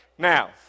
Now